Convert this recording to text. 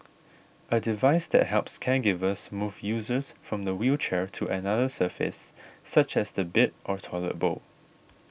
a device that helps caregivers move users from the wheelchair to another surface such as the bed or toilet bowl